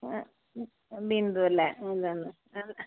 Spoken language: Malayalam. ആ ബിന്ദു അല്ലേ അത് തന്നെ അത്